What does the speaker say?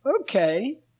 Okay